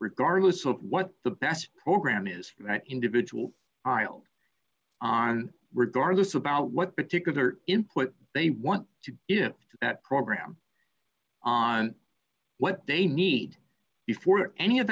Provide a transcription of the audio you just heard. regardless of what the best program is an individual aisle on regardless about what particular input they want to in that program on what they need before any of